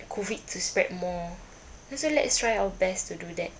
COVID to spread more ya so let's try our best to do that